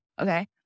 okay